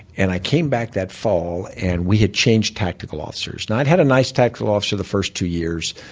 and i came back that fall and we had changed tactical officers. now, i'd had a nice tactical officer the first two years,